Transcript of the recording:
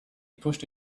pushed